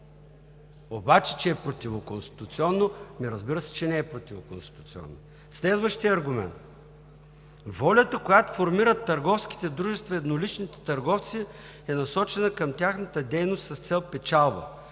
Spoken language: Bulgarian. Обаче че е противоконституционно?! Разбира се, че не е противоконституционно. Следващият аргумент. Волята, която формират търговските дружества и едноличните търговци, е насочена към тяхната дейност с цел печалба,